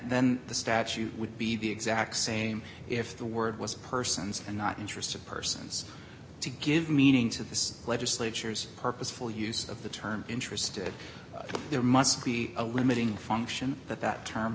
then the statute would be the exact same if the word was persons and not interested persons to give meaning to this legislature's purposeful use of the term interested there must be a limiting function that that term